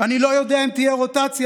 "אני לא יודע אם תהיה רוטציה",